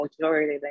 majority